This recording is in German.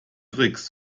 tricks